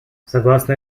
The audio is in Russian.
согласно